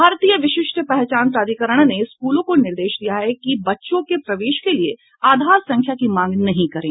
भारतीय विशिष्ट पहचान प्राधिकरण ने स्कूलों को निर्देश दिया है कि बच्चों के प्रवेश के लिए आधार संख्या की मांग नहीं करे